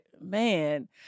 man